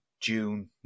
June